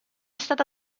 stata